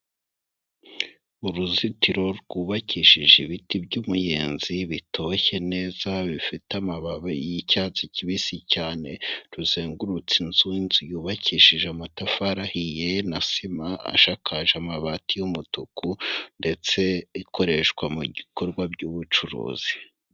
Uruzitiro rwubakishije ibiti by'umuyenzi bitoshye neza bifite amababi y'icyatsi kibisi cyane ruzengurutse inzu, inzu yubakishije amatafari ahiye na sima, ashakakaje amabati y'umutuku ndetse ikoreshwa mu bikorwa by'ubucuruzi.